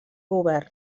govern